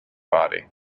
body